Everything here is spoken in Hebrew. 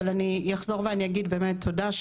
אבל אני אחזור ואגיד באמת תודה,